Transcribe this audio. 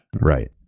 Right